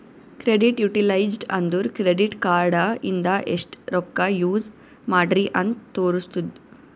credit utilised ಅಂದುರ್ credit card ಇಂದ ಎಸ್ಟ್ ರೊಕ್ಕಾ ಯೂಸ್ ಮಾಡ್ರಿ ಅಂತ್ ತೋರುಸ್ತುದ್